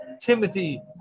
Timothy